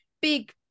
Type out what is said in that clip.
big